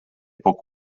poc